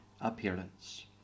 appearance